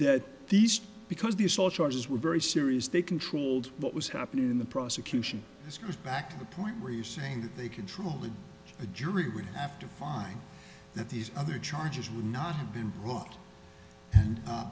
that these because the assault charges were very serious they controlled what was happening in the prosecution as goes back to the point where you're saying that they control the a jury would have to find that these other charges would not have been brough